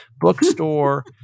Bookstore